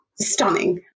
stunning